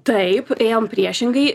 taip ėjom priešingai